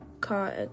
caught